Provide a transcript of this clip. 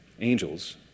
angels